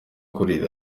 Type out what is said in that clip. kurira